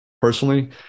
personally